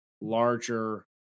larger